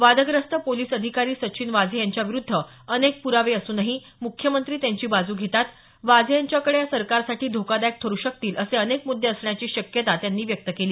वादग्रस्त पोलिस अधिकारी सचिन वाझे यांच्याविरूद्ध अनेक प्रावे असूनही मुख्यमंत्री त्याची बाजू घेतात वाझे यांच्याकडे या सरकारसाठी धोकादायक ठरू शकतील असे अनेक मुद्दे असण्याची शक्यता त्यांनी व्यक्त केली